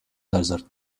desert